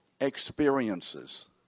experiences